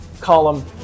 column